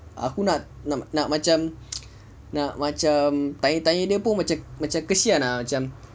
aku nak nak macam nak macam tanya tanya dia pun macam macam kesian ah macam